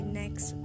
next